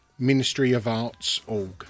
ministryofartsorg